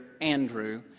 Andrew